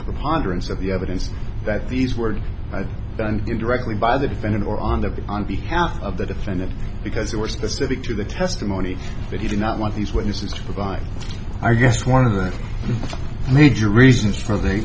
preponderance of the evidence that these were done in directly by the defendant or on the on behalf of the defendant because they were specific to the testimony that he did not want these witnesses to provide our guest one of the major reasons for th